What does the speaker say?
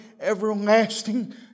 everlasting